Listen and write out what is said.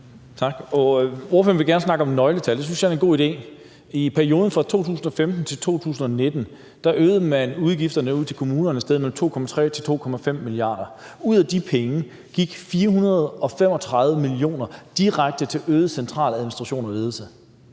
Tak. Ordføreren vil gerne snakke om nøgletal, det synes jeg er en god idé. I perioden fra 2015 til 2019 øgede man udgifterne til kommuner med mellem 2,3 og 2,5 mia. kr. Ud af de penge gik 435 mio. kr. direkte til øget centraladministration og ledelse,